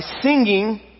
singing